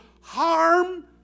harm